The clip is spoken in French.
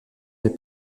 des